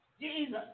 Jesus